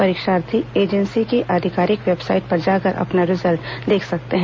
परीक्षार्थी एजेंसी की आधिकारिक वेबसाइट पर जाकर अपना रिजल्ट देख सकते हैं